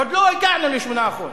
עוד לא הגענו ל-8%.